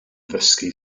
ddysgu